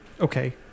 okay